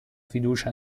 fiducia